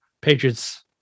Patriots